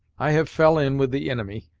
i have fell in with the inimy,